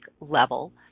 level